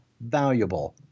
valuable